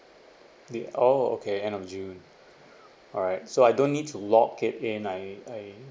the oh okay end of june alright so I don't need to lock it in I I